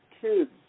kids